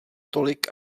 tolik